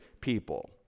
people